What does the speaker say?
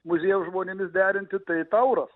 muziejaus žmonėmis derinti tai tauras